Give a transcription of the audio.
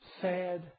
Sad